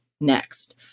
next